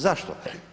Zašto?